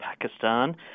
Pakistan